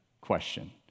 question